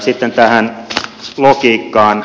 sitten tähän logiikkaan